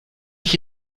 ich